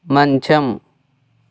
మంచం